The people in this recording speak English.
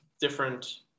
different